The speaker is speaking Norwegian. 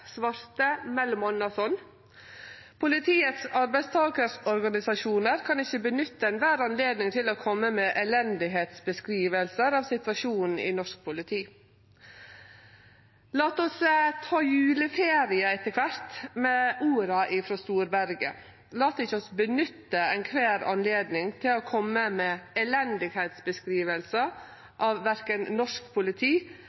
svarte m.a. at politiets arbeidstakarorganisasjonar kan ikkje «bruke enhver anledning til å komme med elendighetsbeskrivelser av situasjonen i norsk politi». Lat oss ta juleferie etter kvart med orda frå Storberget: Lat oss ikkje nytte kvar anledning til å kome med